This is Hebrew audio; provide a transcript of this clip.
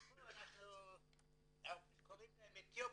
ופה אנחנו קוראים להם אתיופים.